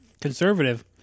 conservative